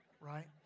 right